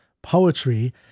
poetry